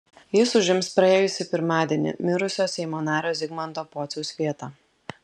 jis užims praėjusį pirmadienį mirusio seimo nario zigmanto pociaus vietą